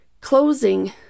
closing